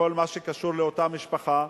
וכל מה שקשור לאותה משפחה,